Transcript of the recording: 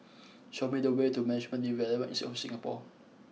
show me the way to Management Development Institute of Singapore